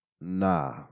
Nah